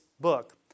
book